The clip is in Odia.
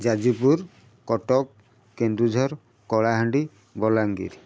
ଯାଜିପୁର କଟକ କେନ୍ଦୁଝର କଳାହାଣ୍ଡି ବଲାଙ୍ଗୀର